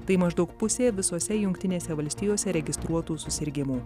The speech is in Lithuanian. tai maždaug pusė visose jungtinėse valstijose registruotų susirgimų